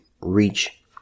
reach